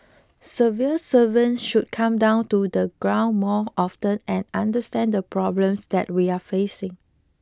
civil servants should come down to the ground more often and understand the problems that we are facing